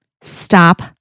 stop